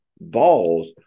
balls